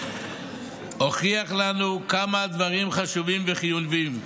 הוכיח לנו כמה הדברים חשובים וחיוניים.